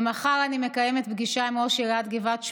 ומחר אני מקיימת פגישה עם ראש עיריית גבעת שמואל,